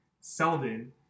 Seldon